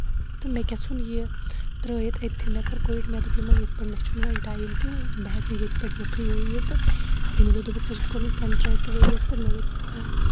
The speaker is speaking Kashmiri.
تہٕ مےٚ کیاہ ژھُن یہِ ترٲیِتھ أتھٕے مےٚ کوٚر کُیِٹ مےٚ دوٚپ یِمن یِتھ پٲٹھۍ مےٚ چھُنہٕ وۄنۍ ٹایم کِہینۍ بہٕ ہیٚکہٕ نہٕ ییٚتہِ پٮ۪ٹھ یِتھٕے ہو یہِ تہٕ یِمو دوٚپ دوٚپُکھ ژےٚ چھُتھ کوٚرمُت کَنٹرکٹ ؤرۍ یَس پٮ۪ٹھ مےٚ دوٚپُکھ ہُہ